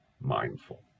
mindful